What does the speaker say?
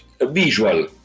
visual